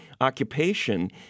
occupation